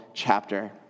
Chapter